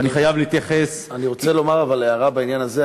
אני חייב להתייחס, אני רוצה לומר הערה בעניין הזה.